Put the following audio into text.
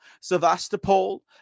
Sevastopol